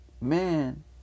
Man